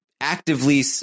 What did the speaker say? actively